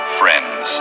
friends